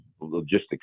Logistics